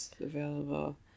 available